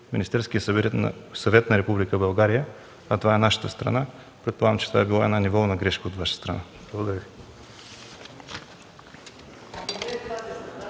Министерският съвет на Република България, а това е нашата страна. Предполагам, че това е била една неволна грешка от Ваша страна. Благодаря Ви.